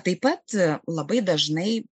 taip pat labai dažnai